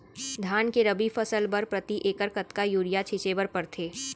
धान के रबि फसल बर प्रति एकड़ कतका यूरिया छिंचे बर पड़थे?